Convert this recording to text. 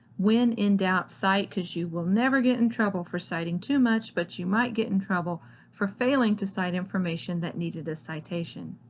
when in doubt, cite, because you will never get in trouble for citing too much, but you might get in trouble for failing to cite information that needed a citation.